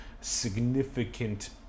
significant